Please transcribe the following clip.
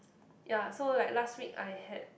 ya so like last week I had